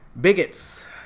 bigots